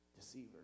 Deceiver